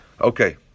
Okay